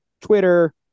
Twitter